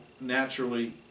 naturally